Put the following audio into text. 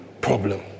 problem